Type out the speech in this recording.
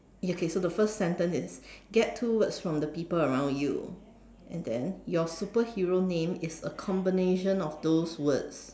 okay so the first sentence is get two words from people around you and then your superhero name is a combination of those words